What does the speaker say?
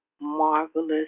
marvelous